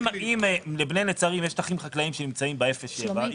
אם לבני נצרים יש שטחים חקלאיים שנמצאים באפס עד שבעה,